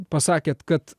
pasakė kad